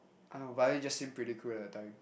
oh violin just seemed pretty cool at that time